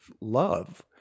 love